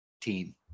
team